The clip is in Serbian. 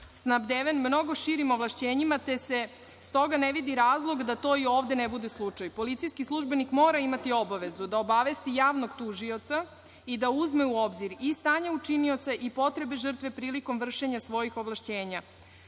snabdeven mnogo širim ovlašćenjima, te se stoga ne vidi razlog da to i ovde ne bude slučaj. Policijski službenik mora imati obavezu da obavesti javnog tužioca i da uzme u obzir i stanje učinioca i potrebe žrtve prilikom vršenja svojih ovlašćenja.